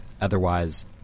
otherwise